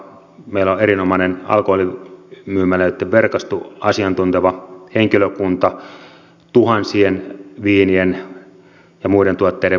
meillä on erinomainen alkoholimyymälöitten verkosto asiantunteva henkilökunta tuhansien viinien ja muiden tuotteiden valikoima